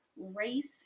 race